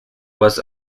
was